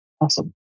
Awesome